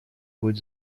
будет